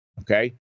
Okay